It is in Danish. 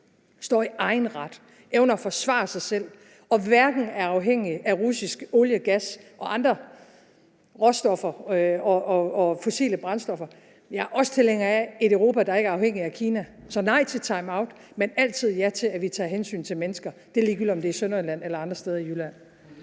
står i egen ret, evner at forsvare sig selv og hverken er afhængig af russisk olie, gas eller andre råstoffer eller brændstoffer. Men jeg også tilhænger af et Europa, der ikke er afhængig af Kina. Så jeg siger nej til timeout, men altid ja til, at vi tager hensyn til mennesker, og det er ligegyldigt, om det er i Sønderjylland eller andre steder i Jylland.